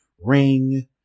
Ring